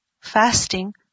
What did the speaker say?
fasting